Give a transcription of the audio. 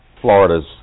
florida's